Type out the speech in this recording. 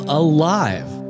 alive